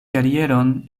karieron